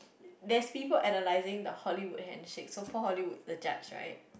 there is people analysing the Hollywood handshake so Paul Hollywood the judge right